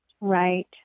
Right